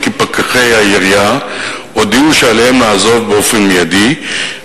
כי פקחי עירייה הודיעו שעליהם לעזוב באופן מיידי,